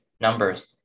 numbers